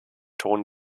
ton